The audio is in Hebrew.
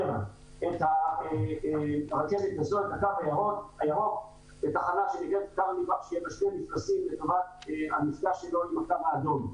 את הקו הירוק לתחנה שנקראת --- לטובת המפגש שלו עם הקו האדום.